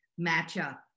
matchup